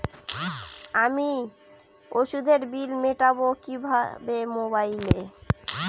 আমি ওষুধের বিল মেটাব কিভাবে মোবাইলে?